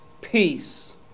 Peace